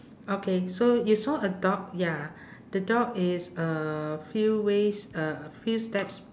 okay so you saw a dog ya the dog is a few ways a few steps